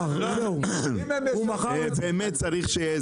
המיקור חוץ וכו', כבר מטריד.